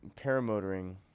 Paramotoring